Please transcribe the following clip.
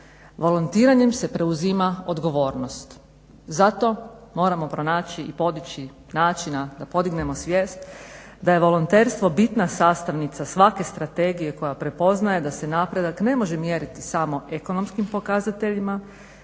Volontiranjem se preuzima odgovornost. Zato moramo pronaći načina da podignemo svijest da je volonterstvo bitna sastavnica svake strategije koja prepoznaje da se napredak ne može mjeriti samo ekonomskim pokazateljima